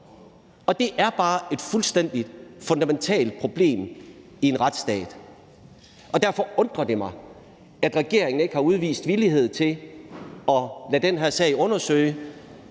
Og det er bare et fuldstændig fundamentalt problem i en retsstat. Derfor undrer det mig, at regeringen ikke har udvist villighed til at lade den her sag undersøge,